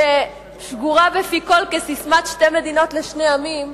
ששגורה בפי כול כססמת "שתי מדינות לשני עמים",